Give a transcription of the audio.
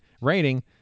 rating